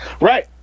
right